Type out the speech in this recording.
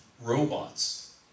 robots